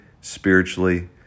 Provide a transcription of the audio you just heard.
spiritually